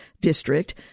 district